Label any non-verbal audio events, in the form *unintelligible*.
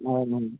*unintelligible*